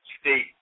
state